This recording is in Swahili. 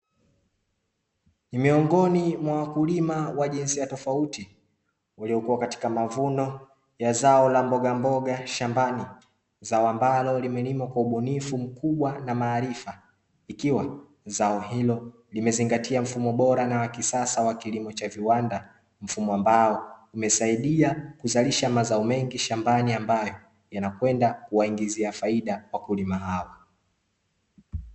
Ni miongoni mwa wakulima wa jinsia tofauti waliokuwa katika mavuno ya zao la mbogamboga shambani, zao ambalo limelimwa kwa ubunifu mkubwa na maarifa ikiwa zao hilo limezingatia mfumo bora na wa kisasa wa kilimo cha viwanda. Mfumo ambao umesaidia kuzalisha mazao mengi shambani ambayo yanakwenda kuwaingizia faida wakulima hao.